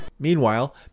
Meanwhile